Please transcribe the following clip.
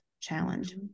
challenge